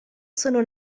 sono